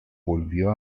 volvió